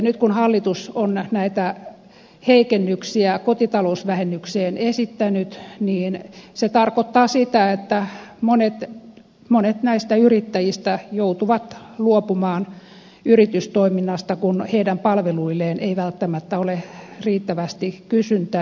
nyt kun hallitus on näitä heikennyksiä kotitalousvähennykseen esittänyt niin se tarkoittaa sitä että monet näistä yrittäjistä joutuvat luopumaan yritystoiminnasta kun heidän palveluilleen ei välttämättä ole riittävästi kysyntää